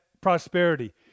prosperity